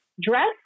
dress